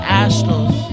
astros